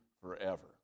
forever